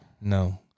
No